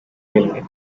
railway